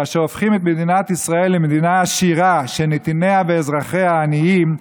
כאשר הופכים את מדינת ישראל למדינה עשירה שנתיניה ואזרחיה עניים,